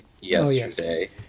yesterday